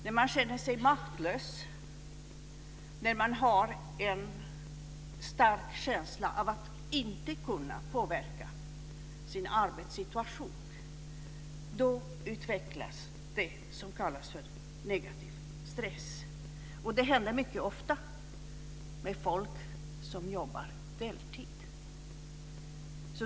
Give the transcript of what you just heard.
När man känner sig maktlös, när man har en stark känsla av att inte kunna påverka sin arbetssituation utvecklas det som kallas negativ stress, och det händer mycket ofta med folk som jobbar deltid.